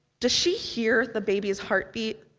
does she hear the baby's heartbeat?